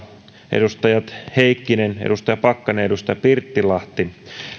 edustaja heikkinen edustaja pakkanen ja edustaja pirttilahti